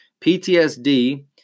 PTSD